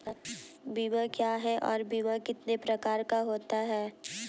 बीमा क्या है और बीमा कितने प्रकार का होता है?